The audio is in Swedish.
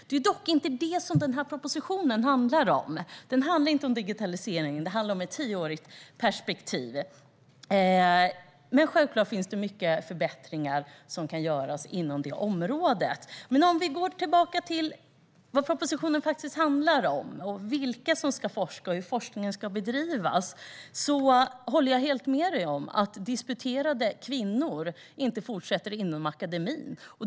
Det är dock inte det som propositionen handlar om. Den handlar inte om digitalisering, utan den handlar om ett tioårigt perspektiv. Självklart finns det många förbättringar som kan göras på det området. Låt oss gå tillbaka till vad propositionen faktiskt handlar om, det vill säga vilka som ska forska och hur forskningen ska bedrivas. Jag håller med om att disputerade kvinnor inte fortsätter inom akademin.